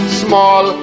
small